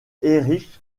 erich